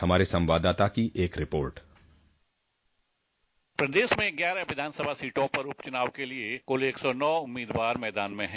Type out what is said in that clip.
हमारे संवाददाता की एक रिपोर्ट बाइट प्रदेश में ग्यारह विधानसभा सीटों पर उपचुनाव के लिए कुल एक सौ नौ उम्मीदवार मैदान मे है